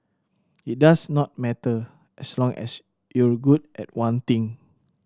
it does not matter as long as you're good at one thing